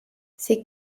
ces